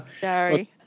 Sorry